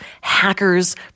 hackers